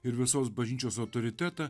ir visos bažnyčios autoritetą